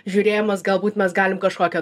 žiūrėjimas galbūt mes galim kažkokią